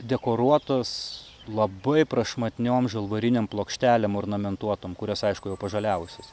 dekoruotos labai prašmatniom žalvarinėm plokštelėm ornamentuotom kurios aišku pažaliavusios